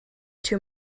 too